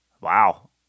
wow